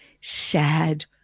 sad